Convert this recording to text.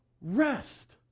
rest